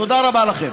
תודה רבה לכם.